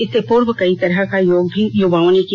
इससे पूर्व कई तरह का योग भी युवाओं ने किया